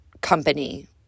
company